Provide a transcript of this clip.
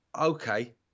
Okay